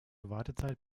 wartezeit